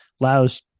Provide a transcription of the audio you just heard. allows